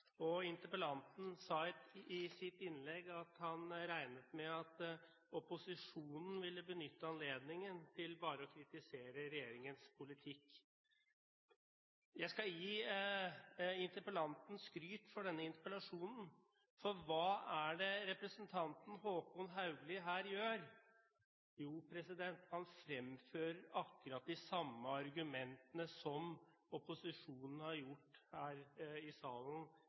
gjøre. Interpellanten har tatt opp et meget viktig tema. Han sa i sitt innlegg at han regnet med at opposisjonen ville benytte anledningen til bare å kritisere regjeringens politikk. Jeg skal gi interpellanten skryt for denne interpellasjonen. For hva er det representanten Håkon Haugli her gjør? Jo, han fremfører akkurat de samme argumentene som opposisjonen har gjort her i salen